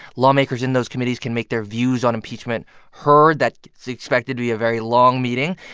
lawmakers in those committees can make their views on impeachment heard. that is expected to be a very long meeting.